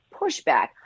pushback